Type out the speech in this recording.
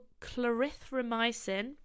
clarithromycin